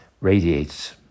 radiates